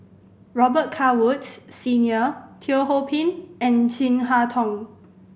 Robet Carr Woods Senior Teo Ho Pin and Chin Harn Tong